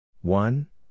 One